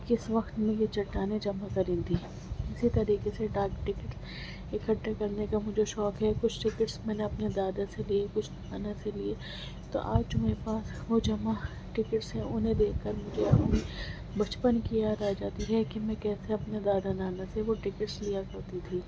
کس وقت میں وہ چٹانیں جمع کریں تھی اسی طریقے سے ڈاک ٹکٹ اکٹھا کرنے کا مجھے شوق ہے کچھ ٹکٹس میں نے اپنے دادا سے لیے کچھ نانا سے لیے تو آج میرے پاس وہ جمع ٹکٹس ہیں انھیں دیکھ کر مجھے بچپن کی یاد آجاتی ہے کہ میں کیسے اپنے دادا نانا سے وہ ٹکٹس لیا کرتی تھی